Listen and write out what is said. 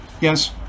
Yes